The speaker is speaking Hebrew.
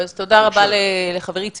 אז תודה רבה לחברי צביקה,